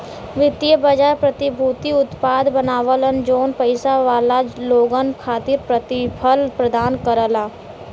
वित्तीय बाजार प्रतिभूति उत्पाद बनावलन जौन पइसा वाला लोगन खातिर प्रतिफल प्रदान करला